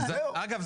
אגב,